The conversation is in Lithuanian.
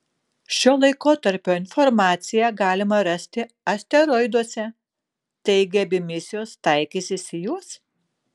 šio laikotarpio informaciją galima rasti asteroiduose taigi abi misijos taikysis į juos